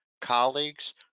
Colleagues